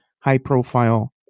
high-profile